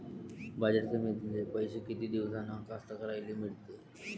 बाजार समितीतले पैशे किती दिवसानं कास्तकाराइले मिळते?